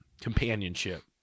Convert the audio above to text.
companionship